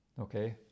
okay